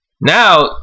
Now